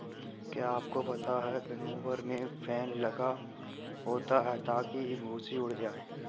क्या आपको पता है विनोवर में फैन लगा होता है ताकि भूंसी उड़ जाए?